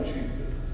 Jesus